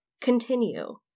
continue